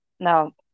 Now